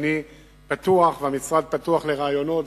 שאני פתוח והמשרד פתוח לרעיונות.